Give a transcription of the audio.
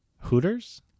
hooters